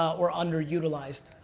or underutilized.